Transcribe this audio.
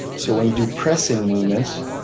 so when you do pressing movements,